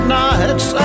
nights